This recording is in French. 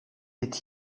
est